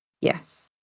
Yes